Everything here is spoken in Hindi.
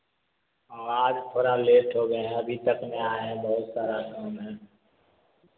आज थोड़ा लेट हो गए हैं अभी तक नहीं आए हैं बहुत सारा काम है